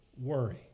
worry